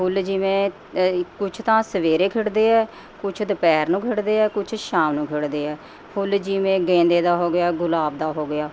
ਫੁੱਲ ਜਿਵੇਂ ਕੁਛ ਤਾਂ ਸਵੇਰੇ ਖਿੜਦੇ ਹੈ ਕੁਛ ਦੁਪਹਿਰ ਨੂੰ ਖਿੜਦੇ ਹੈ ਕੁਛ ਸ਼ਾਮ ਨੂੰ ਖਿੜਦੇ ਹੈ ਫੁੱਲ ਜਿਵੇਂ ਗੇਂਦੇ ਦਾ ਹੋ ਗਿਆ ਗੁਲਾਬ ਦਾ ਹੋ ਗਿਆ